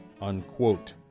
unquote